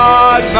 God